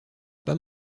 pas